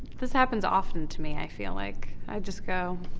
this happens often to me, i feel like. i just go.